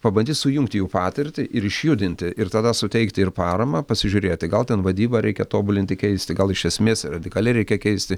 pabandyt sujungt jų patirtį ir išjudinti ir tada suteikti ir paramą pasižiūrėti gal ten vadybą reikia tobulinti keisti gal iš esmės radikaliai reikia keisti